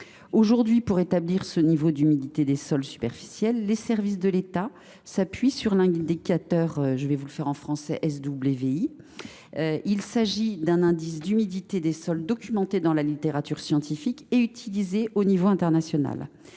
Actuellement, pour établir ce niveau d’humidité des sols superficiels, les services de l’État s’appuient sur l’indicateur SWI (). Il s’agit d’un indice d’humidité des sols documenté dans la littérature scientifique et utilisé à l’échelle internationale.